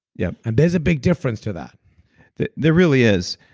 yeah and there's a big difference to that that there really is.